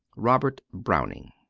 robert browning